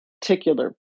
particular